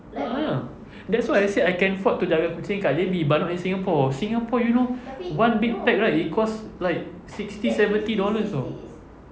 a'ah that's why I say I can afford to jaga kucing dekat J_B but not in singapore singapore you know one big pack right it costs like sixty seventy dollars you know